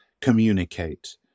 communicate